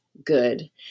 Good